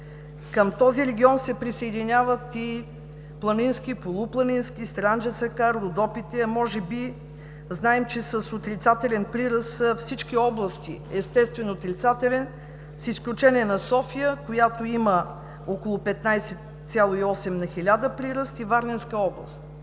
Към този регион се присъединяват и планински, полупланински, Странджа-Сакар, Родопите, а може би знаем, че с отрицателен прираст са всички области – естествено отрицателен, с изключение на София, която има около 15,8 на хиляда прираст, и Варненска област.